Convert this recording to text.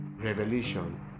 revelation